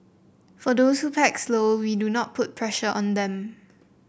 for those who pack slow we do not put pressure on them